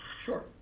Sure